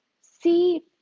see